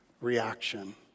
reaction